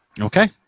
Okay